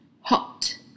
hot